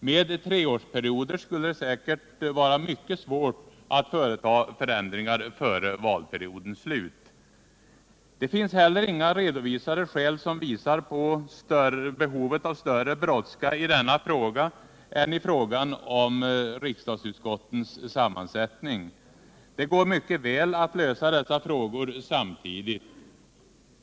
Med treårsperioder skulle det säkert vara mycket svårt att företa ändringar före valperiodens slut. Det finns heller inga redovisade skäl som visar på ett större behov av brådska i denna fråga än i frågan om riksdagsutskottens sammansättning. Det går mycket väl att lösa dessa frågor samtidigt.